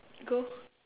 go